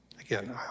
Again